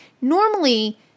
normally